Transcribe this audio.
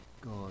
God